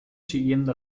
siguiendo